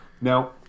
Now